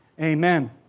Amen